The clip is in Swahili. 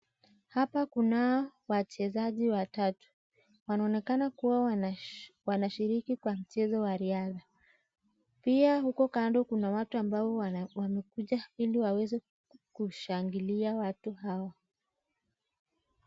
Hapa kunao wachezaji watatu. Wanaonekana kua wanashiriki kwa mchezo wa riadha. Pia huko kando kuna watu ambao wamekuja ili waweze kushangilia watu hawa.